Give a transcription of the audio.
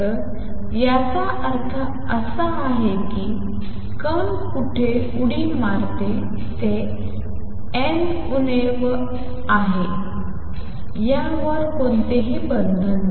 तर याचा अर्थ असा आहे की कण कुठे उडी मारते ते n उणे आहे यावर कोणतेही बंधन नाही